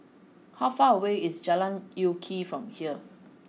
how far away is Jalan Lye Kwee from here